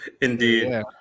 Indeed